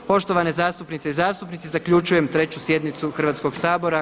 Poštovane zastupnice i zastupnici, zaključujem 3. sjednicu Hrvatskog sabora.